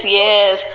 yes